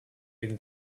been